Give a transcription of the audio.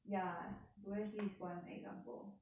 ya blue S_G is one example